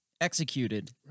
executed